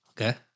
Okay